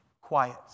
quiet